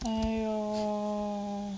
!aiyo!